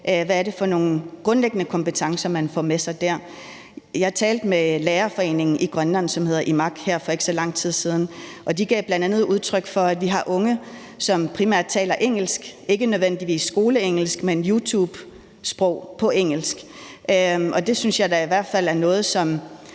hvad det er for nogle grundlæggende kompetencer, man får med sig derfra. Jeg talte med lærerforeningen i Grønland, som hedder IMAK, her for ikke så lang tid siden, og de gav bl.a. udtryk for, at vi har unge, som primært taler engelsk, ikke nødvendigvis skoleengelsk, men YouTubesprog på engelsk. Det synes jeg da i hvert fald er noget, som